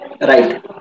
right